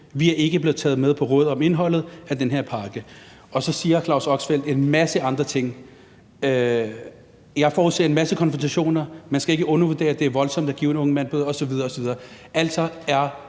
Vi er ikke blevet taget med på råd om indholdet af den her pakke«. Claus Oxfeldt siger også en masse andre ting om det her: »Jeg forudser en masse konfrontationer. Man skal ikke undervurdere, at det er voldsomt at give en ung mand en